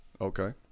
Okay